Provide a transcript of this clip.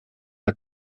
der